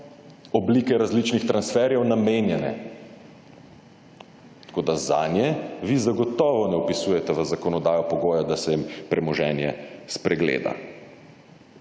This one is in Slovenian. oblike različnih transferjev namenjene. Tako, da zanje vi zagotovo ne vpisujete v zakonodajo pogoje, da se jim premoženje spregleda.